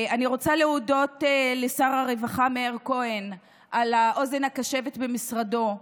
אני רוצה להודות לשר הרווחה מאיר כהן על האוזן הקשבת במשרדו.